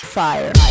Fire